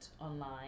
online